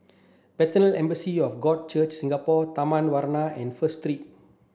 Bethel Assembly of God Church Singapore Taman Warna and First Street